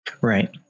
Right